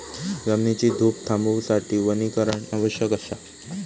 जमिनीची धूप थांबवूसाठी वनीकरण आवश्यक असा